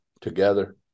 together